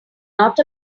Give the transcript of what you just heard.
not